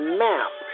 map